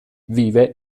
vive